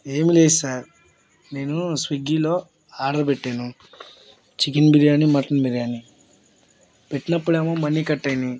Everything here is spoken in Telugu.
ఏమి లేదు సార్ నేను స్వీగ్గీలో ఆర్డర్ పెట్టాను చికెన్ బిర్యానీ మటన్ బిర్యానీ పెట్టినప్పుడు ఏమో మనీ కట్ అయినాయి